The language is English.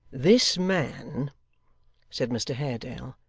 this man said mr haredale,